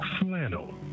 Flannel